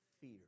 fear